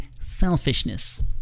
selfishness